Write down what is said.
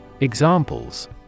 Examples